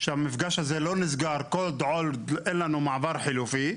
שהמפגש הזה לא נסגר כל עוד לא אין לנו מעבר חלופי,